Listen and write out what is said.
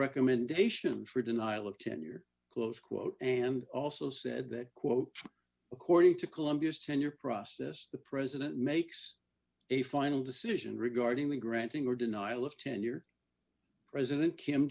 recommendation for denial of tenure close quote and also said that quote according to columbia's tenure process the president makes a final decision regarding the granting or denial of tenure president kim